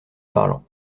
parlant